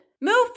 Move